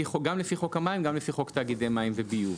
גם לפי חוק המים וגם לפי חוק תאגידי מים וביוב.